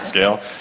scale.